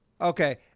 okay